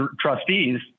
trustees